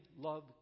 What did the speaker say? love